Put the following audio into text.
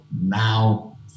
Now